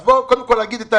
אז בואו קודם כול נגיד את האמת.